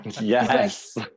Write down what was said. yes